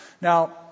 Now